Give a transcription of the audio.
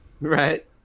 Right